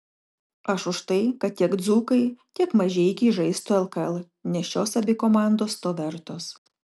aš už tai kad tiek dzūkai tiek mažeikiai žaistų lkl nes šios abi komandos to vertos